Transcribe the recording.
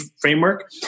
framework